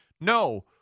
no